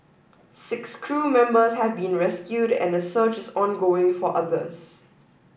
six crew members have been rescued and a search is ongoing for others